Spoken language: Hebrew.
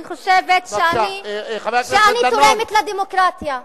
אני חושבת שאני תורמת לדמוקרטיה.